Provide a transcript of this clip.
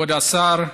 כבוד השר,